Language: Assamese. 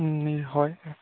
হয়